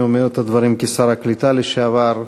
אני אומר את הדברים כשר הקליטה לשעבר.